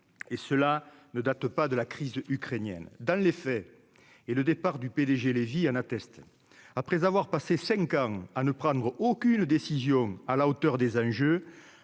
et cela ne date pas de la crise ukrainienne dans les faits et le départ du PDG Lévy attestent après avoir passé 5 ans à ne prendre aucune décision à la hauteur des enjeux,